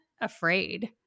afraid